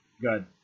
Good